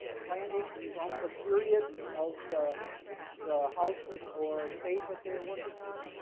plantings from the period of the the house or or estate that they're working on